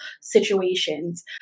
situations